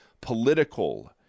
political